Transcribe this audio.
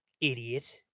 idiot